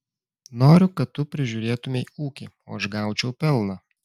noriu kad tu prižiūrėtumei ūkį o aš gaučiau pelną